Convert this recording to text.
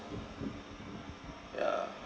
ya